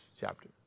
chapter